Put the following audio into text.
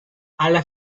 alla